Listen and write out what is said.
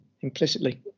implicitly